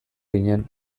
ginen